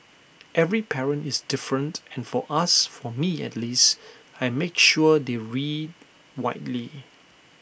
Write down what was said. every parent is different and for us for me at least I make sure they read widely